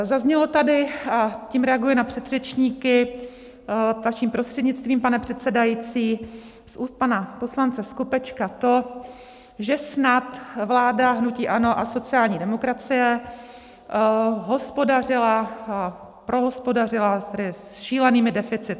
Zaznělo tady tím reaguji na předřečníky vaším prostřednictvím, pane předsedající z úst pana poslance Skopečka to, že snad vláda hnutí ANO a sociální demokracie hospodařila, prohospodařila tedy, s šílenými deficity.